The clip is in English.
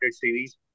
series